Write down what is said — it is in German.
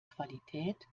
qualität